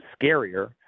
scarier